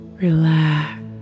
relax